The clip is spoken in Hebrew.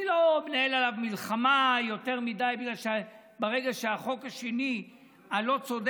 אני לא מנהל עליו מלחמה יותר מדי בגלל שברגע שהחוק השני ירד,